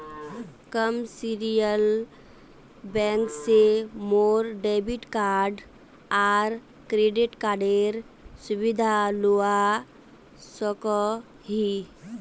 commercial bank से मोर debit card आर क्रेडिट कार्डेर सुविधा लुआ सकोही